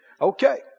Okay